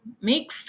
make